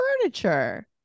furniture